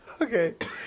Okay